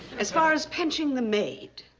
as far as pinching the maid.